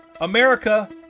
America